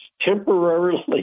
temporarily